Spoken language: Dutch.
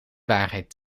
waarheid